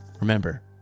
remember